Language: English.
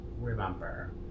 remember